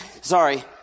Sorry